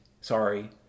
sorry